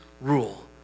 rule